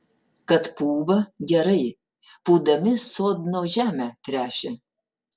kad pūva gerai pūdami sodno žemę tręšia